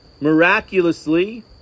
miraculously